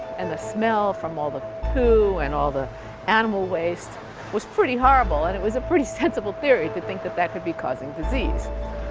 and the smell from all the poo and all the animal waste was pretty horrible. and it was a pretty sensible theory to think that that could be causing disease.